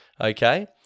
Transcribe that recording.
okay